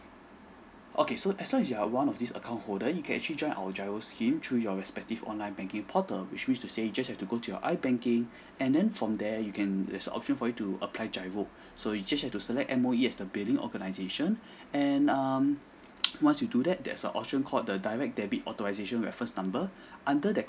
okay so as long as you are one of this account holder you can actually join our GIRO scheme through your respective online banking portal which means to say you just have to go to your I banking and then from there you can there's option for you to apply GIRO so you just have to select M_O_E as the billing organisation and um once you do that there's a option called the direct debit authorisation reference number under that